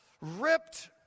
ripped